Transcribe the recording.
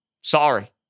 Sorry